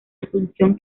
asunción